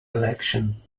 election